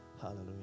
hallelujah